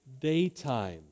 Daytime